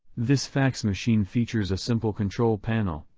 this fax machine features a simple control panel,